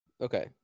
Okay